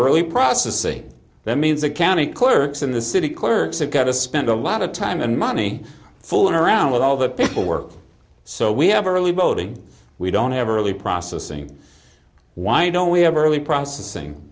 early processing that means the county clerks in the city clerks have got to spend a lot of time and money for and around with all the paperwork so we have a really voting we don't have a really processing why don't we have early processing